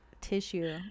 tissue